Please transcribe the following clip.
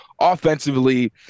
Offensively